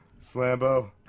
Slambo